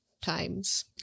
times